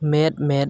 ᱢᱮᱫ ᱢᱮᱫ